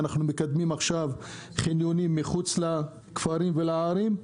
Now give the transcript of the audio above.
אנחנו מקדמים עכשיו חניונים מחוץ לכפרים ולערים,